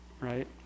right